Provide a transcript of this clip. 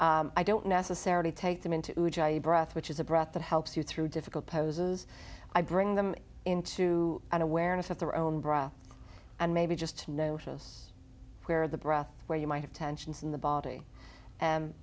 breath i don't necessarily take them into a breath which is a breath that helps you through difficult poses i bring them into an awareness of their own breath and maybe just to notice where the breath where you might have tensions in the body and